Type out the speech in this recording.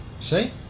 See